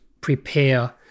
prepare